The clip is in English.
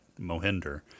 Mohinder